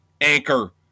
Anchor